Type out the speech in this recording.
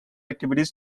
activities